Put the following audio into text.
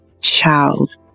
child